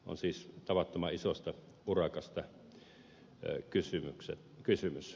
on siis tavattoman isosta urakasta kysymys